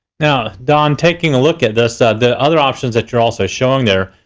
now, don, taking a look at this, the other options that you're also showing there.